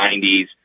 90s